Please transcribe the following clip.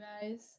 guys